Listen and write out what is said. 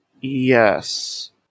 yes